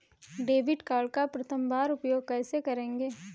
Debit card का प्रथम बार उपयोग कैसे करेंगे?